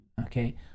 okay